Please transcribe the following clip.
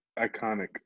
Iconic